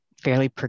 fairly